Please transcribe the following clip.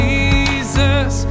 Jesus